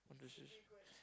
oh this is